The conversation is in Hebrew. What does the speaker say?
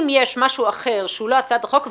אם יש משהו אחר שהוא לא הצעת החוק,